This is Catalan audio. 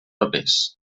papers